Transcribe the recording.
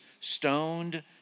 stoned